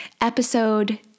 episode